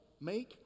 make